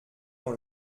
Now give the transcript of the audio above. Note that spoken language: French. dans